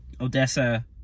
Odessa